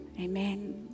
Amen